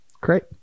Great